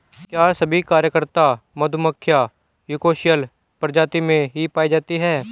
क्या सभी कार्यकर्ता मधुमक्खियां यूकोसियल प्रजाति में ही पाई जाती हैं?